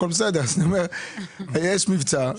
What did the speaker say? יש מבצע,